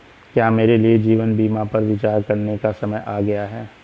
क्या मेरे लिए जीवन बीमा पर विचार करने का समय आ गया है?